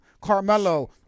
Carmelo